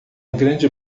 grande